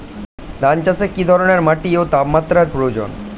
ধান চাষে কী ধরনের মাটি ও তাপমাত্রার প্রয়োজন?